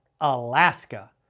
Alaska